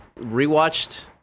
rewatched